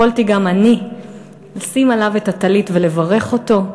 יכולתי גם אני לשים עליו את הטלית ולברך אותו,